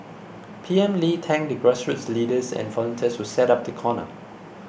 P M Lee thanked the grassroots leaders and volunteers who set up the corner